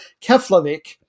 Keflavik